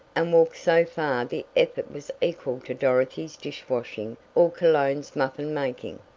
and walk so far the effort was equal to dorothy's dish-washing or cologne's muffin-making.